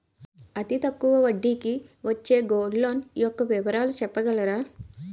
అతి తక్కువ వడ్డీ కి వచ్చే గోల్డ్ లోన్ యెక్క వివరాలు చెప్పగలరా?